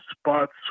spots